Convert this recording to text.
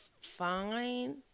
Fine